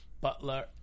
Butler